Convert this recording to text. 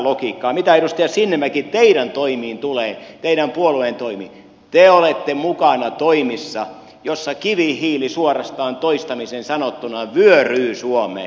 mitä edustaja sinnemäki teidän toimiinne tulee teidän puolueenne toimiin te olette mukana toimissa joissa kivihiili suorastaan toistamiseen sanottuna vyöryy suomeen